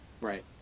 Right